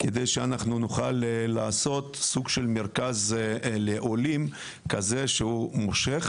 כדי שנוכל לעשות סוג של מרכז לעולים שהוא מושך